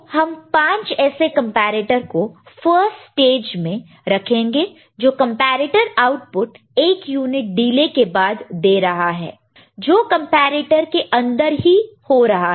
तो हम पांच ऐसे कंपैरेटर को फर्स्ट स्टेज में रखेंगे जो कंपैरेटर आउटपुट एक यूनिट डिले के बाद दे रहा है जो कंपैरेटर के अंदर ही हो रहा है